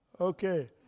Okay